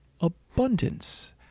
abundance